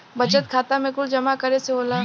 बचत खाता मे कुछ जमा करे से होला?